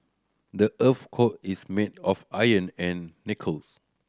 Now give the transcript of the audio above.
the earth's core is made of iron and nickels